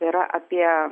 yra apie